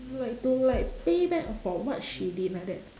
to like to like pay back for what she did like that